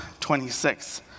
26